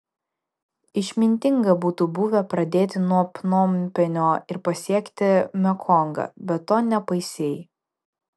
išmintinga būtų buvę pradėti nuo pnompenio ir pasiekti mekongą bet to nepaisei